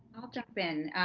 i'll jump in,